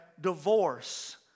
divorce